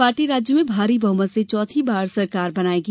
party राज्य में भारी बहमत से चौथी बार सरकार बनायेगी